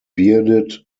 bearded